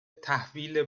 تحویل